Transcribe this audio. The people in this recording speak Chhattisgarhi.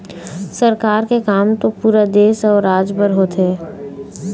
सरकार के काम तो पुरा देश अउ राज बर होथे